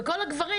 וכל הגברים,